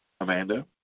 Amanda